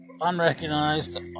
unrecognized